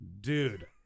Dude